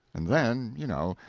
and then, you know,